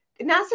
nasa